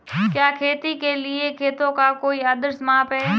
क्या खेती के लिए खेतों का कोई आदर्श माप है?